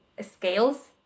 scales